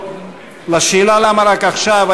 למה רק עכשיו?